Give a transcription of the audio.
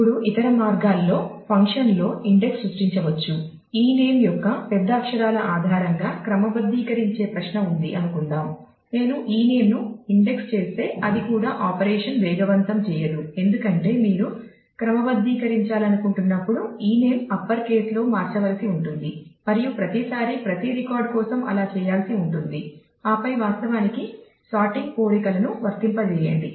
ఇప్పుడు ఇతర మార్గాల్లో ఫంక్షన్ల పోలికలను వర్తింపజేయండి